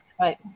right